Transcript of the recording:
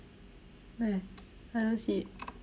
where I don't see it